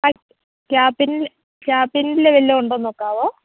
ആ ക്യാബിനിൽ ക്യാബിനിൽ വല്ലതും ഉണ്ടോ എന്ന് നോക്കാമോ